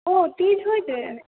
ओ तीज होइ छै